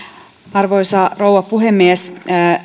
arvoisa rouva puhemies